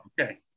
okay